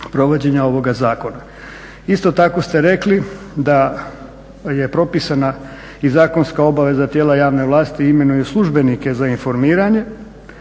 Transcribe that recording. Isto tako ste rekli da je propisana i zakonska obaveza tijela javne vlasti i imenuju službenike za informiranje.